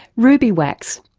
ruby wax.